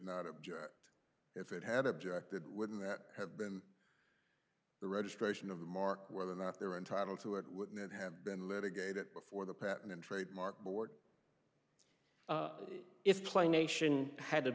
not object if it had objected wouldn't that have been the registration of the mark whether or not they're entitled to it would not have been litigated before the patent and trademark board if play nation had